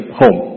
home